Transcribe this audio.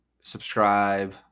subscribe